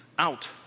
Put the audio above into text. Out